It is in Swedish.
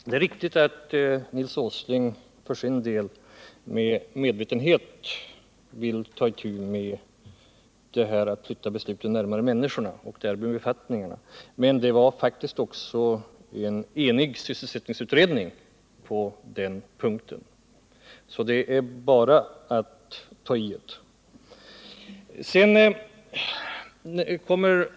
Det är riktigt att Nils Åsling för sin del medvetet ville ta itu med besluten att flytta befattningarna närmare människorna, men sysselsättningsutredningen var faktiskt också enig på den punkten, så det är bara att ta itu med detta.